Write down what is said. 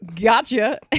Gotcha